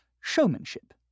showmanship